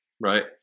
right